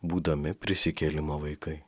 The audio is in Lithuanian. būdami prisikėlimo vaikai